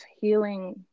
healing